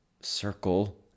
circle